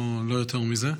לא יותר מזה.